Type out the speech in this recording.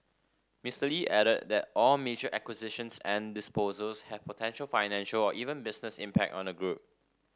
Mr Lee added that all major acquisitions and disposals have potential financial or even business impact on the group